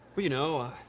you know,